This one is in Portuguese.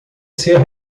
ser